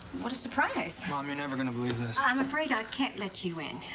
what a surprise. mom, you're never gonna believe this. i'm afraid i can't let you in.